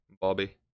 Bobby